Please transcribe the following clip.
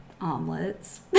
Omelets